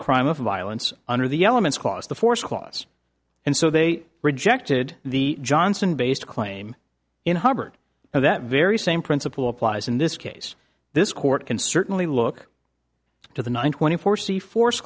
crime of violence under the elements cost the force clause and so they rejected the johnson based claim in hubbard and that very same principle applies in this case this court can certainly look to the nine twenty four see force